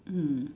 mm